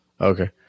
Okay